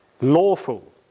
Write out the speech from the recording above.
lawful